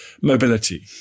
mobility